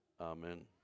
amen